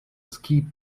ski